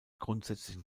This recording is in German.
grundsätzlichen